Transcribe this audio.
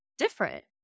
different